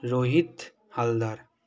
Rohit Haldar